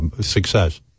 success